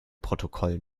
protokoll